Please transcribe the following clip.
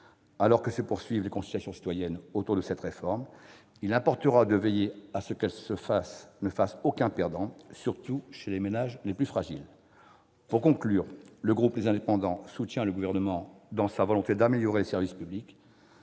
Alors que se poursuivent les consultations citoyennes autour de cette réforme, il importera de veiller à ce qu'elle ne fasse aucun perdant, surtout parmi les ménages les plus fragiles. Pour conclure, le groupe Les Indépendants soutient le Gouvernement dans sa volonté d'améliorer les services publics,